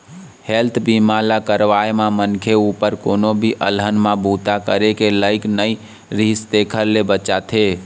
health बीमा ल करवाए म मनखे उपर कोनो भी अलहन म बूता करे के लइक नइ रिहिस तेखर ले बचाथे